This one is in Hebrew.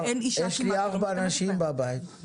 יש לי ארבע נשים בבית.